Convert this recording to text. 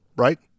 Right